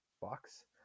box